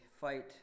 fight